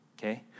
okay